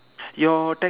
your that